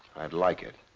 i'd like it.